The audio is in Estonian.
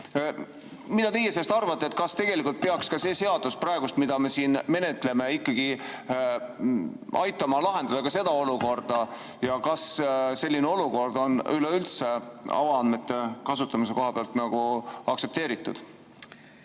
Mida teie sellest arvate? Kas tegelikult peaks see seadus, mida me siin praegu menetleme, ikkagi aitama lahendada ka seda olukorda ja kas selline olukord on üleüldse avaandmete kasutamise seisukohast aktsepteeritud?